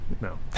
No